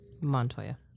Montoya